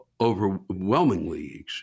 overwhelmingly